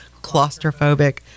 claustrophobic